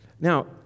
Now